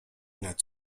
nad